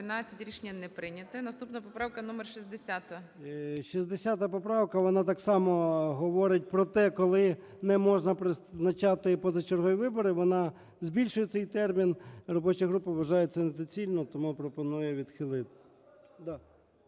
Наступна поправка номер 62-а.